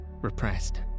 repressed